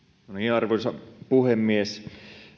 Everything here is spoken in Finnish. arvoisa puhemies